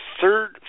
third